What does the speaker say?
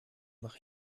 mache